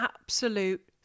absolute